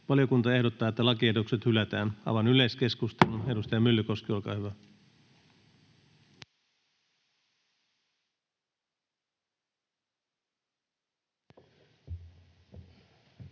Valiokunta ehdottaa, että lakiehdotukset hylätään. — Avaan yleiskeskustelun. Edustaja Myllykoski, olkaa hyvä.